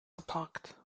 geparkt